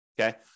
okay